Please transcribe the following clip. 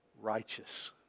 righteous